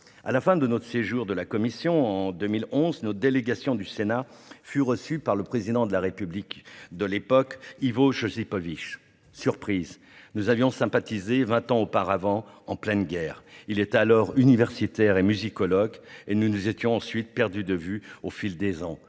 À la fin de ce séjour, notre délégation sénatoriale fut reçue par le Président de la République, Ivo Josipovic. Surprise : nous avions sympathisé vingt ans auparavant en pleine guerre, il était alors universitaire et musicologue, et nous nous étions ensuite perdus de vue au fil des ans.